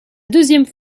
deuxième